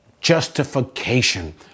Justification